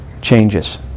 changes